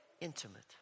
intimate